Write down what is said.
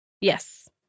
Yes